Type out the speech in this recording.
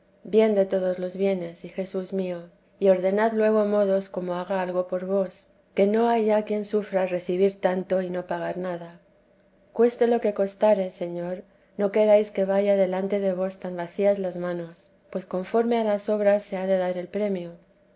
bien de todos los bienes y jesús mío y ordenad luego modos como haga algo por vos que no hay ya quien sufra recibir tanto y no pagar nada cueste lo que costare señor no queráis que vaya delante de vos tan vacías las manos pues conforme a las obras se ha de dar el premio